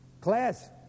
class